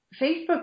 Facebook